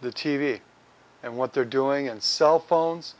the t v and what they're doing and cell phones